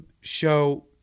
show